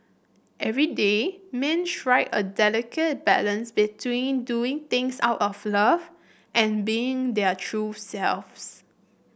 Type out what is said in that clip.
everyday men strike a delicate balance between doing things out of love and being their true selves